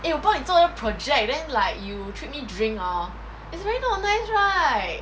eh 我帮你做那个 project then like you treat me drink lor it's very not nice right